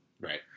Right